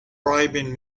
bribing